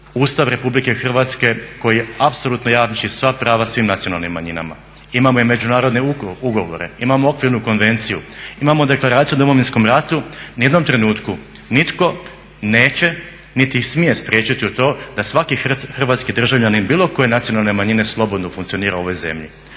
Ustav RH koji apsolutno jamči sva prava svim nacionalnim manjinama, imamo i međunarodne ugovore, imamo Okvirnu konvenciju, imamo Deklaraciju o Domovinskom ratu, ni u jednom trenutku nitko neće niti ih smije spriječiti u to da svaki hrvatski državljanin bilo koje nacionalne manjine slobodno funkcionira u ovoj zemlji.